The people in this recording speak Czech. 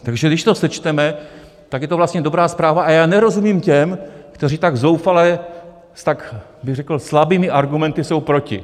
Takže když to sečteme, tak je to vlastně dobrá zpráva a já nerozumím těm, kteří tak zoufale s tak, řekl bych, slabými argumenty jsou proti.